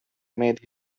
made